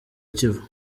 kivu